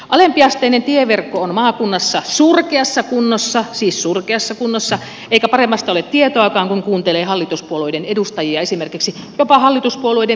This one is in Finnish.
alempiasteinen tieverkko on maakunnassa surkeassa kunnossa siis surkeassa kunnossa eikä paremmasta ole tietoakaan kun kuuntelee hallituspuolueiden edustajia esimerkiksi jopa hallituspuolueiden keskisuomalaisia edustajia